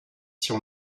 sur